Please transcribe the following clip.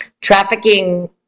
Trafficking